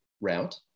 route